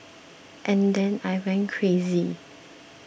and then I went crazy